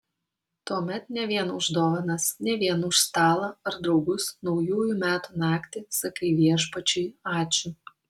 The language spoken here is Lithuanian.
tuomet ne vien už dovanas ne vien už stalą ar draugus naujųjų metų naktį sakai viešpačiui ačiū